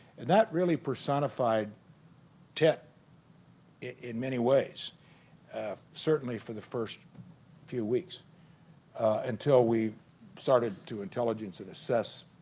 and that really personified tet in many ways certainly for the first few weeks until we started to intelligence and assess